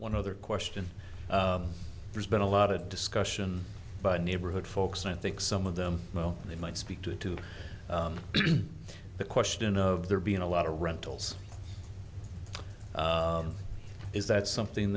one other question there's been a lot of discussion but neighborhood folks i think some of them well they might speak to the question of there being a lot of rentals is that something